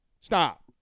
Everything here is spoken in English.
Stop